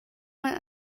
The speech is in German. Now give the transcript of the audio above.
ein